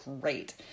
great